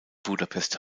budapest